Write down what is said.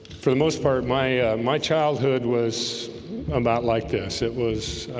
for the most part my my childhood was about like this it was